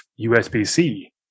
USB-C